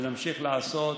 ונמשיך לעשות,